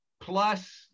Plus